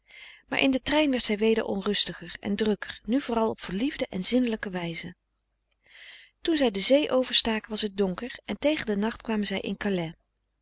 maar in den trein werd zij weder onrustiger en drukker nu vooral op verliefde en zinnelijke wijze toen zij de zee overstaken was het donker en tegen den nacht kwamen zij in